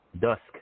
Dusk